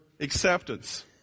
Acceptance